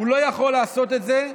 הוא לא יכול לעשות את זה,